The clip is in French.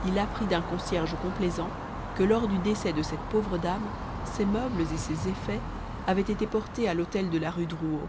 il apprit d'un concierge complaisant que lors du décès de cette pauvre dame ses meubles et ses effets avaient été portés à l'hôtel de la rue drouot